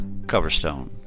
Coverstone